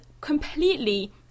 completely